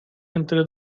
entre